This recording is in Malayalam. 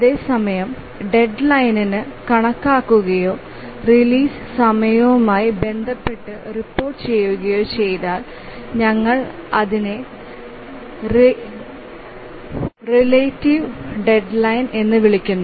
അതേസമയം ഡെഡ് ലൈന് കണക്കാക്കുകയോ റിലീസ് സമയവുമായി ബന്ധപ്പെട്ട് റിപ്പോർട്ട് ചെയ്യുകയോ ചെയ്താൽ ഞങ്ങൾ അതിനെ റെലറ്റിവ് ഡെഡ് ലൈന് എന്ന് വിളിക്കുന്നു